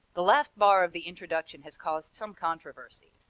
the last bar of the introduction has caused some controversy.